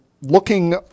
looking